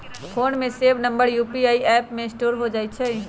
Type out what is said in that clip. phone में save number UPI app में store हो जा हई